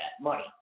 money